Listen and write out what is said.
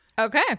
Okay